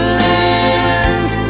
land